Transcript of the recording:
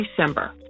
December